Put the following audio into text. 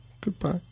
Goodbye